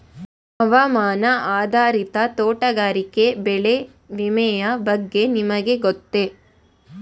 ಹವಾಮಾನ ಆಧಾರಿತ ತೋಟಗಾರಿಕೆ ಬೆಳೆ ವಿಮೆಯ ಬಗ್ಗೆ ನಿಮಗೆ ಗೊತ್ತೇ?